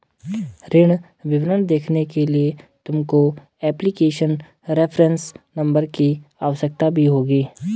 ऋण विवरण देखने के लिए तुमको एप्लीकेशन रेफरेंस नंबर की आवश्यकता भी होगी